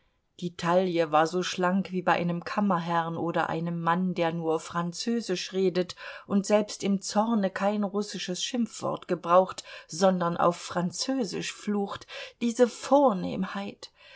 die taille war so schlank wie bei einem kammerherrn oder einem mann der nur französisch redet und selbst im zorne kein russisches schimpfwort gebraucht sondern auf französisch flucht diese vornehmheit